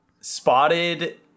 spotted